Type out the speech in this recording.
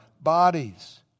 bodies